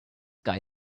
guy